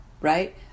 right